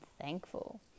thankful